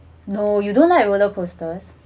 no you don't like roller coasters